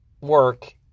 work